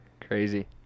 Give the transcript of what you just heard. Crazy